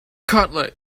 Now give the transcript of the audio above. cutlet